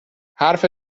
حرف